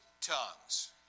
tongues